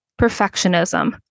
perfectionism